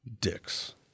Dicks